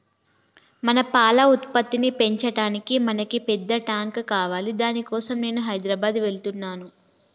మన పాల ఉత్పత్తిని పెంచటానికి మనకి పెద్ద టాంక్ కావాలి దాని కోసం నేను హైదరాబాద్ వెళ్తున్నాను